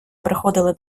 приходили